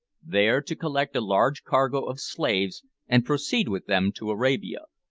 there to collect a large cargo of slaves and proceed with them to arabia,